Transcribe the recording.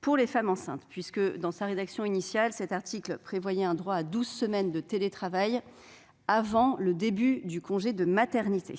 pour les femmes enceintes. Dans sa rédaction initiale, cet article prévoyait un droit à douze semaines de télétravail avant le début du congé maternité.